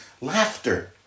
laughter